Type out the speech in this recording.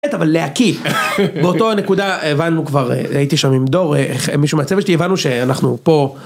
אבל להקים באותו נקודה הבנו כבר הייתי שם עם דורך מישהו מהצוות שלי הבנו שאנחנו פה.